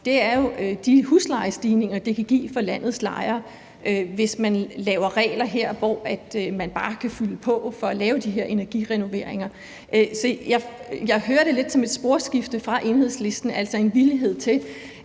jo de huslejestigninger, det kan give for landets lejere, hvis man laver regler her, hvor man bare kan fylde på for at lave de her energirenoveringer. Så jeg hører det lidt som et sporskifte fra Enhedslistens side, altså en villighed til,